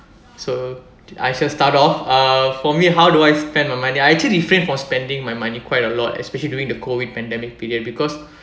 so I shall start off uh for me how do I spend my money I actually refrain from spending my money quite a lot especially during the COVID pandemic period because